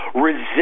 resist